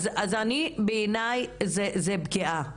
אז אני, בעיניי זו פגיעה.